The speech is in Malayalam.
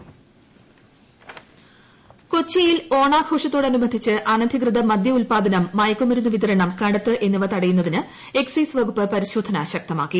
എക്സൈസ് പരിശോധന കൊച്ചിയിൽ ഓണാഘോഷത്തോടനുബന്ധിച്ച് അനധികൃത മദ്യ ഉത്പാദനം മയക്കുമരുന്ന് വിതരണം കടത്ത് എന്നിവ തടയുന്നതിന് എക്സൈസ് വകുപ്പ് പരിശോധന ശക്തമാക്കി